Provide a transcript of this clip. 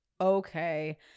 okay